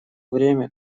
время